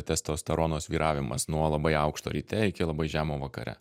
testosterono svyravimas nuo labai aukšto ryte iki labai žemo vakare